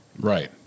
Right